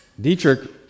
Dietrich